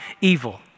evil